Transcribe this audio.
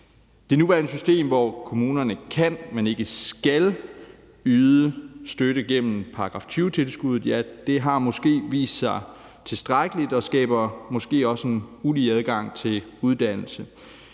Det nuværende system, hvor kommunerne kan, men ikke skal yde støtte gennem § 20-tilskuddet, har måske ikke vist sig tilstrækkeligt og skaber måske også en ulige adgang til uddannelse.